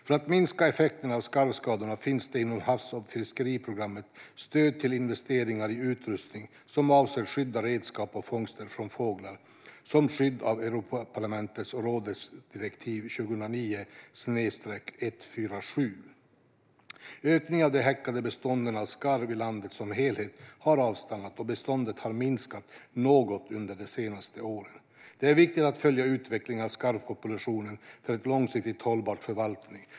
För att minska effekterna av skarvskadorna finns det inom havs och fiskeriprogrammet stöd till investeringar i utrustning som avser att skydda redskap och fångster från fåglar som skyddas av Europaparlamentets och rådets direktiv 2009 EG. Ökningen av det häckande beståndet av skarv i landet som helhet har avstannat, och beståndet har minskat något under de senaste åren. Det är viktigt att följa utvecklingen av skarvpopulationen för en långsiktigt hållbar förvaltning.